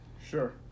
Sure